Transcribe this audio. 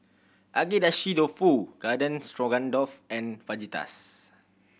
Agedashi Dofu Garden Stroganoff and Fajitas